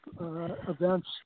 events